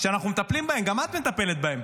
שאנחנו מטפלים בהן, גם את מטפלת בהן,